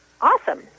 Awesome